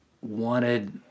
wanted